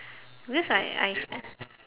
because I I s~ uh